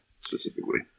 specifically